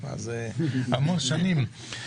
זה המון שנים,